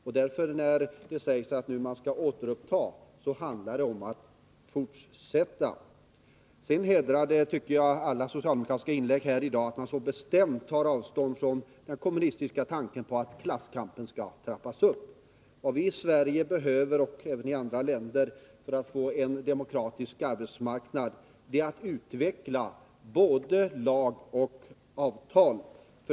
Då det nu talas om ett återupptagande handlar det egentligen om ett fortsättande. 33 Sedan tycker jag att det hedrar alla socialdemokrater som talat i dag att de så bestämt tagit avstånd från den kommunistiska tanken att klasskampen skall trappas upp. Vad Sverige, och även andra länder, behöver för att få en demokratisk arbetsmarknad är utveckling av både lag och avtal.